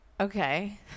okay